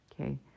okay